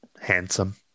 handsome